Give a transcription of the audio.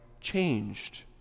changed